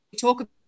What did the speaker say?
talk